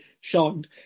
shunned